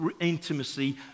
intimacy